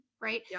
Right